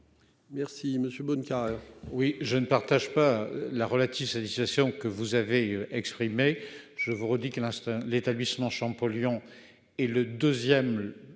Merci monsieur Bonnecarrere.